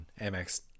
Amex